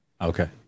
Okay